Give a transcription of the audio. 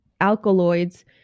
alkaloids